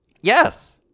Yes